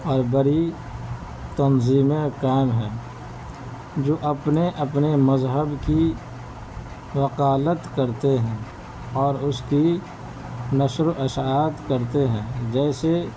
اور بڑی تنظیمیں قائم ہیں جو اپنے اپنے مذہب کی وکالت کرتے ہیں اور اُس کی نشر و اشاعت کرتے ہیں جیسے